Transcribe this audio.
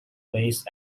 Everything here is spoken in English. based